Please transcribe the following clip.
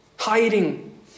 hiding